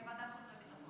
בוועדת החוץ והביטחון.